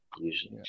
usually